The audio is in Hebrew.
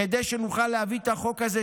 כדי שנוכל להביא את החוק הזה,